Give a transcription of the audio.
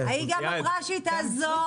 היא גם אמרה שהיא תעזור.